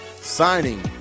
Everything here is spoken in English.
signing